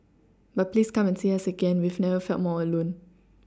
but please come and see us again we've never felt more alone